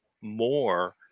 more